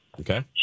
Okay